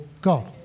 God